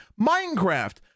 Minecraft